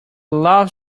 love